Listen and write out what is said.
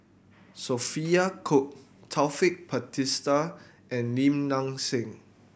Sophia Cooke Taufik Batisah and Lim Nang Seng